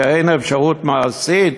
כי אין אפשרות מעשית